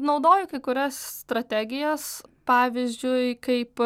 naudoju kai kurias strategijas pavyzdžiui kaip